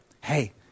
Hey